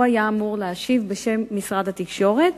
שהיה אמור להשיב בשם משרד התקשורת,